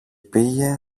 πήγε